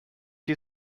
you